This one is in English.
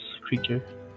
creature